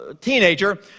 teenager